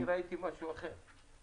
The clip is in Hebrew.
אני ראיתי משהו אחר.